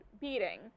beating